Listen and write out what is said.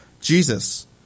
Jesus